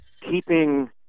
keeping